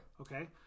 Okay